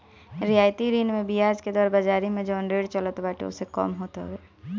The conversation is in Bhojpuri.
रियायती ऋण में बियाज के दर बाजारी में जवन रेट चलत बाटे ओसे कम होत हवे